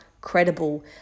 credible